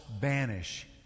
banish